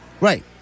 right